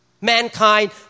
Mankind